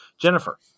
Jennifer